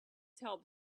help